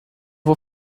vou